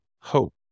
hope